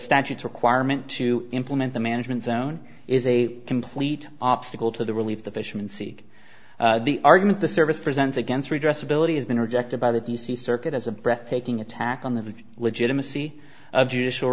statutes requirement to implement the management zone is a complete obstacle to the relief the fishermen seek the argument the service present against redress ability has been rejected by the d c circuit as a breathtaking attack on the legitimacy of judicial